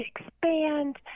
expand